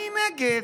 אני נגד.